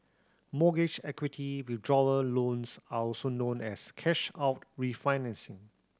mortgage equity withdrawal loans are also known as cash out refinancing